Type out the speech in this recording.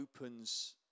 opens